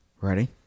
Ready